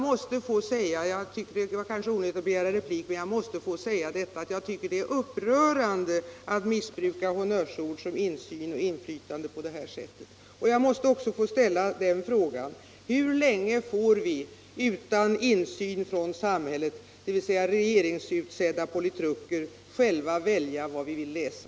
Det var kanske onödigt att begära replik, men jag måste få säga att jag tycker att det är upprörande att missbruka honnörsord som insyn och inflytande på detta sätt. Jag måste också få ställa frågan: Hur länge får vi utan insyn från samhället, dvs. regeringsutsedda politruker, själva välja vad vi vill läsa?